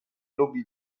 lubi